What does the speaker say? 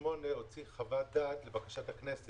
ב-2008 מבקר המדינה הוציא חוות דעת לפי בקשת הכנסת.